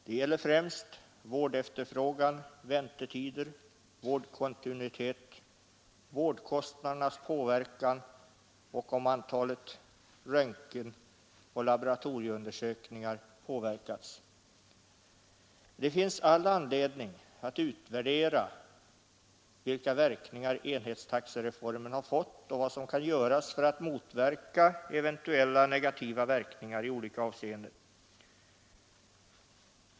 Det gäller främst vårdefterfrågan, väntetider, vårdkontinuitet, vårdkostnadernas påverkan och frågan om antalet röntgenoch laboratorieundersökningar. Det finns all anledning att utvärdera vilka verkningar enhetstaxereformen har fått och vad som kan göras för att motverka eventuella negativa konsekvenser i olika avseenden.